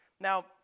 Now